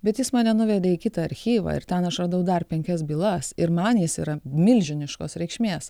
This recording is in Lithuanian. bet jis mane nuvedė į kitą archyvą ir ten aš radau dar penkias bylas ir man jis yra milžiniškos reikšmės